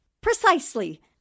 Precisely